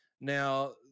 Now